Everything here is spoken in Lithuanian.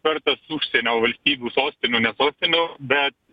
per tas užsienio valstybių sostinių ne sostinių bet